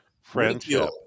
friendship